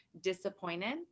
disappointed